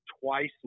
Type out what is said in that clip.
twice